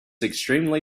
extremely